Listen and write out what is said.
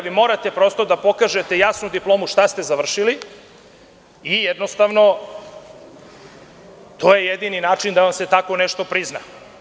Vi morate da pokažete jasnu diplomu šta ste završili i to je jedini način da vam se tako nešto prizna.